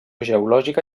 geològica